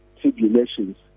tribulations